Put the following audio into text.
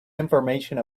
information